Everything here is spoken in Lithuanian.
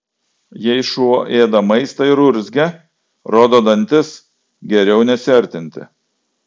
jei šuo ėda maistą ir urzgia rodo dantis geriau nesiartinti